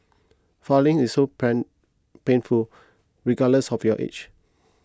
filing is so pain painful regardless of your age